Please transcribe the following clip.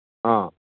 ആ